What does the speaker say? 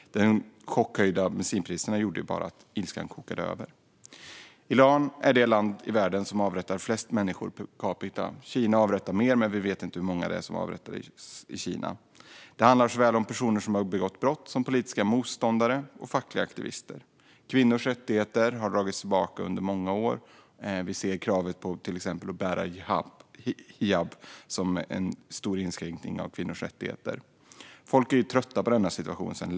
De chockhöjda bensinpriserna var det som gjorde att ilskan kokade över. Iran är det land i världen som avrättar flest människor per capita. Kina avrättar fler, men vi vet inte hur många det är som avrättas i Kina. I Iran handlar det såväl om personer som har begått brott som om politiska motståndare och fackliga aktivister. Kvinnors rättigheter har dragits tillbaka under många år. Vi ser till exempel kravet på att bära hijab som en stor inskränkning av kvinnors rättigheter. Folk är sedan länge trötta på den här situationen.